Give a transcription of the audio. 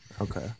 Okay